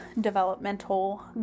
developmental